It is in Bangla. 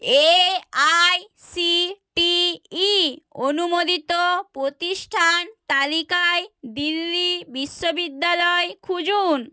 A I C T E অনুমোদিত প্রতিষ্ঠান তালিকায় দিল্লি বিশ্ববিদ্যালয় খুঁজুন